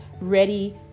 ready